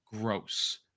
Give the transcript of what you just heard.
gross